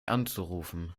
anzurufen